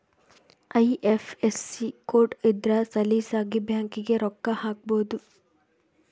IFSC code ಇದ್ರ ಸಲೀಸಾಗಿ ಬ್ಯಾಂಕಿಗೆ ರೊಕ್ಕ ಹಾಕ್ಬೊದು